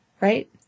Right